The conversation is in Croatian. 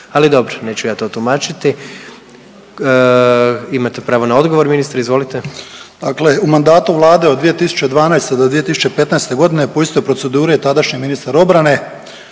ali dobro, neću ja to tumačiti, imate pravo na odgovor. Ministre izvolite. **Banožić, Mario (HDZ)** Dakle u mandatu Vlade od 2012. do 2015.g. po istoj proceduri je tadašnji ministar obrane